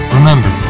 Remember